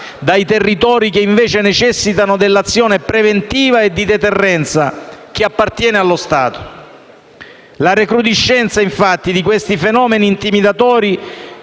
dai territori che invece necessitano dell'azione preventiva e di deterrenza che appartiene allo Stato. La recrudescenza, infatti, di tali fenomeni intimidatori